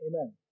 Amen